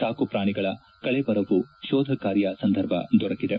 ಸಾಕು ಪ್ರಾಣಿಗಳ ಕಳೇಬರವೂ ಶೋಧಕಾರ್ಯ ಸಂದರ್ಭ ದೊರಕಿದೆ